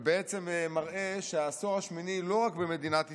ובעצם מראה שהעשור השמיני, לא רק במדינת ישראל,